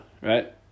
right